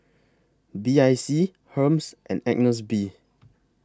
B I C Hermes and Agnes B